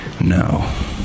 no